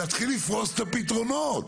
להתחיל לפרוס את הפתרונות.